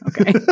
Okay